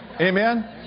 Amen